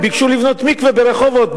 הם ביקשו לבנות מקווה ברחובות,